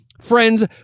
friends